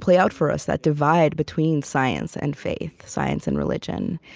play out for us that divide between science and faith, science and religion.